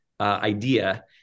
idea